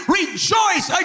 rejoice